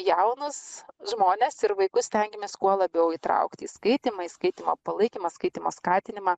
jaunus žmones ir vaikus stengiamės kuo labiau įtraukti į skaitymą į skaitymo palaikymą skaitymo skatinimą